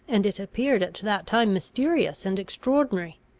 and it appeared at that time mysterious and extraordinary.